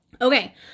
Okay